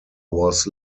was